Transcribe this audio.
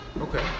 Okay